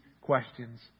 questions